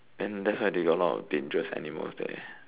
then that's why they got a lot of dangerous animals there